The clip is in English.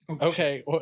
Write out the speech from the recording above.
okay